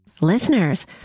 Listeners